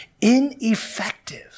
ineffective